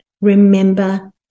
remember